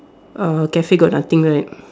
uh cafe got nothing right